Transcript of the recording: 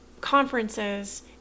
conferences